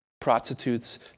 Prostitutes